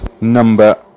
number